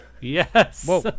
Yes